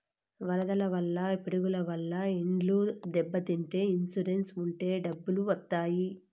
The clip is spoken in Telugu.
వరదల వల్ల పిడుగుల వల్ల ఇండ్లు దెబ్బతింటే ఇన్సూరెన్స్ ఉంటే డబ్బులు వత్తాయి